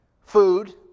Food